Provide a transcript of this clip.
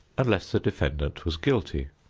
unless the defendant was guilty.